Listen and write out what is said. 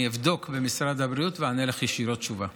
אני אבדוק במשרד הבריאות ואתן לך תשובה ישירות.